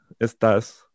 estás